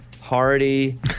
Hardy